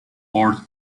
ord